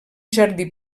jardí